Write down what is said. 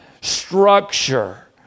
structure